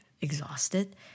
exhausted